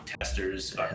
testers